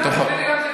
אלעזר,